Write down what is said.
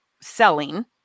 selling